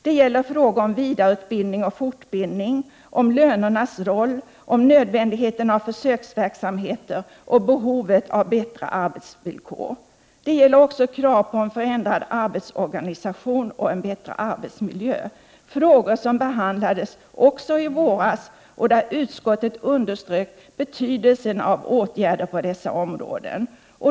Det gäller frågor om vidareutbildning och fortbildning, om lönernas roll, om nödvändigheten av försöksverksamheter och behovet av bättre arbetsvillkor. Det gäller också krav på en förändrad arbetsorganisation och en bättre arbetsmiljö. Dessa frågor behandlades i våras. Utskottet underströk då betydelsen av åtgärder på dessa områden.